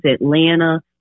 Atlanta